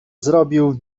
zrobił